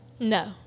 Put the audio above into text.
No